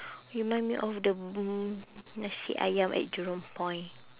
remind me of the bung~ nasi ayam at jurong point